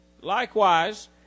Likewise